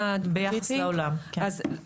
ביחס לעולם?